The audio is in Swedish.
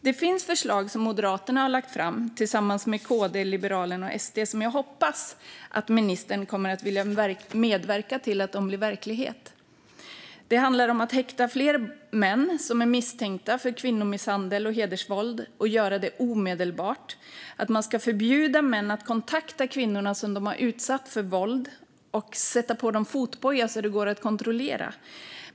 Det finns förslag som Moderaterna har lagt fram tillsammans med KD, Liberalerna och SD, och jag hoppas att ministern kommer att vilja medverka till att de blir verklighet. Det handlar om att häkta fler män som är misstänkta för kvinnomisshandel och hedersvåld och att göra detta omedelbart. Man ska förbjuda män att kontakta de kvinnor som de har utsatt för våld och sätta på dem fotboja så att detta går att kontrollera.